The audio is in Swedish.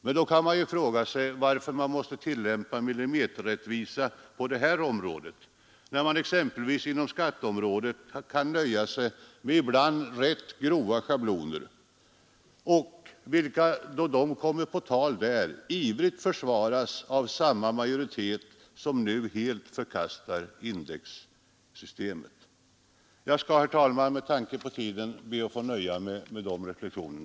Men varför måste man tillämpa millimeterrättvisa på det här området när man exempelvis inom skatteområdet kan nöja sig med ibland rätt grova schabloner, vilka då de kommer på tal där ivrigt försvaras av samma majoritet som nu helt förkastar indexsystemet? Jag skall, herr talman, med tanke på tiden be att få nöja mig med dessa reflexioner.